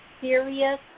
serious